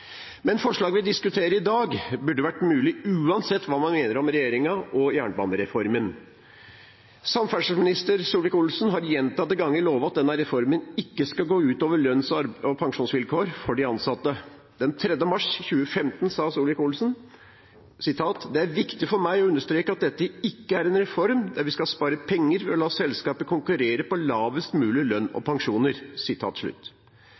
Men mangel på handlekraft har de vist når det gjelder IC-utbyggingen, som blir utsatt, når jernbanen ikke blir prioritert framfor store motorveiprosjekter, f.eks. Forslaget vi diskuterer i dag, burde vært mulig å vedta uansett hva man mener om regjeringen og jernbanereformen. Samferdselsminister Solvik-Olsen har gjentatte ganger lovet at denne reformen ikke skal gå ut over lønns- og pensjonsvilkår for de ansatte. Den 6. mars 2015 sa Solvik-Olsen: «Det er viktig for meg å understreke at dette ikke er en reform der vi skal spare